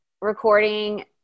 recording